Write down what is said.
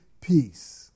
peace